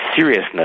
seriousness